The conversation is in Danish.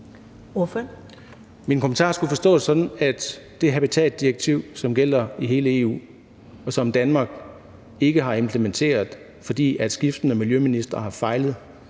Min kommentar skulle forstås sådan, at det habitatdirektiv, som gælder i hele EU, og som Danmark ikke har implementeret, fordi skiftende miljøministre har fejlet